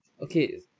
Okay